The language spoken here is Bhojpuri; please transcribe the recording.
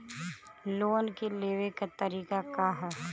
लोन के लेवे क तरीका का ह?